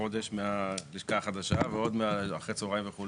בחודש מהלשכה החדשה ועוד מאחרי הצוהריים וכו',